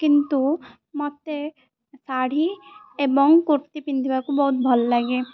କିନ୍ତୁ ମୋତେ ଶାଢ଼ୀ ଏବଂ କୁର୍ତ୍ତୀ ପିନ୍ଧିବାକୁ ବହୁତ ଭଲ ଲାଗେ